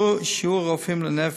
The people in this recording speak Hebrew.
שיעור רופאים לנפש,